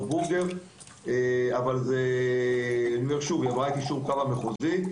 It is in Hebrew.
בורגר והיא עברה את אישור כב"ה מחוזי.